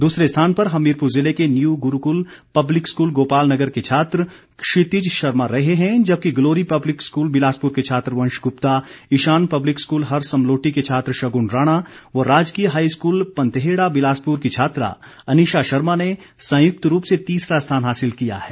दूसरे स्थान पर हमीरपूर जिले के new Gurukul public school Gopal Nagar के छात्र क्षितिज शर्मा रहे हैं जबकि ग्लोरी पब्लिक स्कूल बिलासपुर के छात्र वंश गुप्ता इशान पब्लिक स्कूल हर समलोटी के छात्र शग्न राणा व राजकीय हाई स्कूल पंतेहड़ा बिलासपुर की छात्रा अनिशा शर्मा ने संयुक्त रूप से तीसरा स्थान हासिल किया है